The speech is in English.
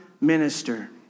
minister